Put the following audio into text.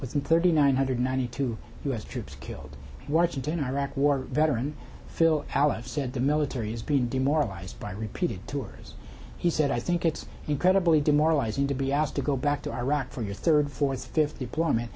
with thirty nine hundred ninety two u s troops killed in washington iraq war veteran phil alef said the military has been demoralized by repeated tours he said i think it's incredibly demoralizing to be asked to go back to iraq for your third fourth fifth deployment